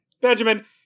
Benjamin